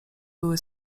były